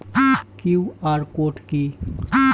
QR code কি?